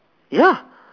ya